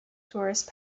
tourists